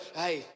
hey